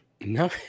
no